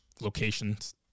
locations